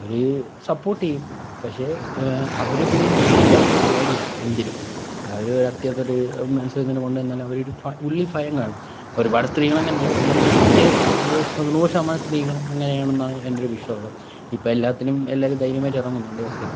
അവര് സപ്പോർട്ട് ചെയ്യും പക്ഷേ അവര് പിന്ന മെയിനായിട്ടവർക്കൊരു പേടിയാണ് എന്തിനും അവര് ഒരത്യാവശ്യയിട്ട് ഒര് മത്സരത്തിന് കൊണ്ട് വന്നാലും അവരൊരു ഉള്ളിൽ ഭയം കാണും ഒരുപാട് സ്ത്രീകളും അങ്ങനെല്ല എന്നാലും മിക്ക നൂറ് ശതമാനം സ്ത്രീകളും അങ്ങനെ ആണെന്നാണ് എൻറ്റൊരു വിശ്വാസം ഇപ്പം എല്ലാത്തിനും എല്ലാവരും ധൈര്യമായിട്ട് ഇറങ്ങുന്നുണ്ട് ഓക്കേ